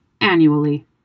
annually